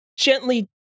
Gently